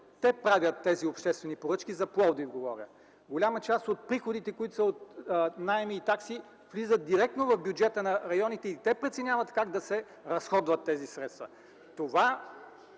Те правят тези обществени поръчки, говоря за Пловдив. Голяма част от приходите от наеми и такси влизат директно в бюджета на районите и те преценяват как да се разходват тези средства. ДИМИТЪР